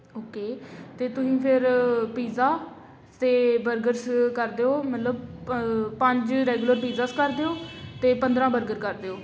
okay ਅਤੇ ਤੁਸੀਂ ਫਿਰ ਪੀਜ਼ਾ ਅਤੇ ਬਰਗਰਸ ਕਰ ਦਿਓ ਮਤਲਬ ਪ ਪੰਜ ਰੈਗੂਲਰ ਪੀਜ਼ਾਸ ਕਰ ਦਿਓ ਅਤੇ ਪੰਦਰਾਂ ਬਰਗਰ ਕਰ ਦਿਓ